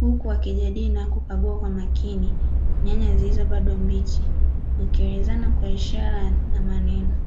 huku wakijadili na kukagua kwa makini nyanya zilizo bado mbichi wakielezana kwa ishara na maneno.